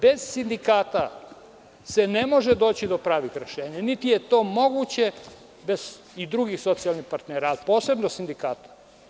Bez sindikata, se ne može doći do pravih rešenja niti je to moguće bez drugih socijalnih partnera, posebno sindikata.